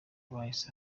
bahise